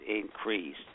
increased